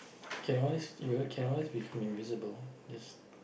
you can always you you can always become invisible just